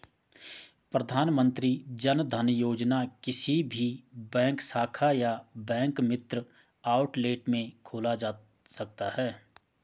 प्रधानमंत्री जनधन योजना किसी भी बैंक शाखा या बैंक मित्र आउटलेट में खोला जा सकता है